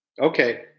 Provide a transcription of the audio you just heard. Okay